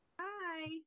Hi